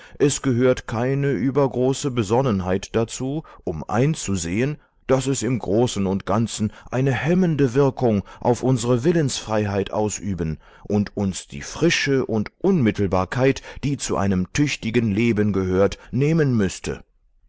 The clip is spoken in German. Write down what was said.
es gehört keine übergroße besonnenheit dazu um einzusehen daß es im großen und ganzen eine hemmende wirkung auf unsere willensfreiheit ausüben und uns die frische und unmittelbarkeit die zu einem tüchtigen leben gehört nehmen müßte